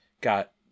got